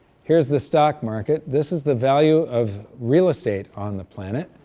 here's the stock market, this is the value of real estate on the planet,